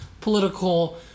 political